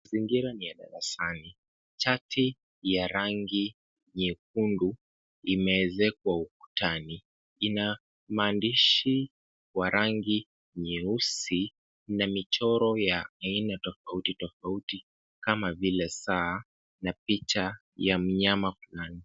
Mazingira ni ya darasani. Chati ya rangi nyekundu imeezekwa ukutani. Ina maandishi ya rangi nyeusi mna michoro tofauti tofauti kama vile saa na picha ya mnyama fulani.